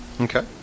Okay